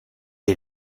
est